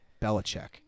Belichick